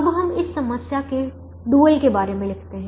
अब हम इस समस्या के डुअल बारे में लिखते हैं